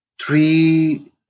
three